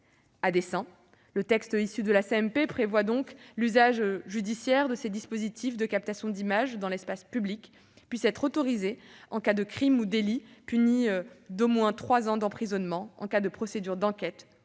commission mixte paritaire prévoit que l'usage judiciaire de ces dispositifs de captation d'images dans l'espace public puisse être autorisé en cas de crime ou délit puni d'au moins trois ans d'emprisonnement, en cas de procédure d'enquête